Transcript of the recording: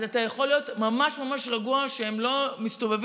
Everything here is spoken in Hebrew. אתה יכול להיות ממש ממש רגוע שהם לא מסתובבים